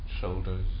shoulders